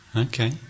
Okay